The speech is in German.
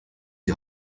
die